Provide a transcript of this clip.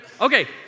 Okay